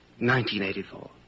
1984